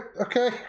okay